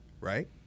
right